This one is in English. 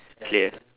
clear